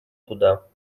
туда